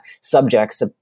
subjects